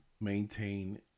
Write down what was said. maintain